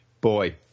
boy